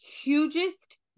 hugest